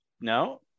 no